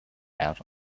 out